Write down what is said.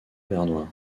bernois